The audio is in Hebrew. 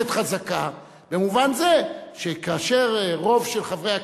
הכנסת חזקה במובן זה שכאשר רוב של חברי הכנסת,